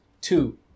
Two